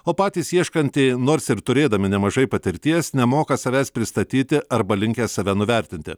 o patys ieškantieji nors ir turėdami nemažai patirties nemoka savęs pristatyti arba linkę save nuvertinti